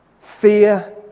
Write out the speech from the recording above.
fear